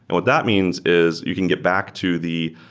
and what that means is you can get back to the,